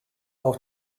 auf